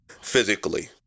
physically